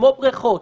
כמו בריכות,